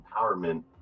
empowerment